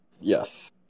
Yes